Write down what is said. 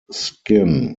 skin